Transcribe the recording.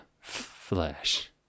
flesh